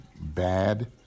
bad